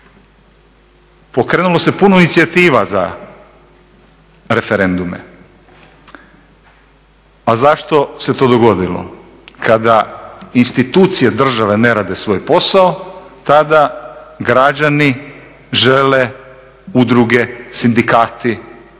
Pokrenulo se puno inicijativa za referendume. A zašto se to dogodilo? Kada institucije države ne rade svoj posao tada građani žele, udruge, sindikati,